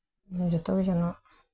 ᱡᱚᱛᱚ ᱜᱮ ᱡᱮᱱᱚ